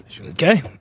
Okay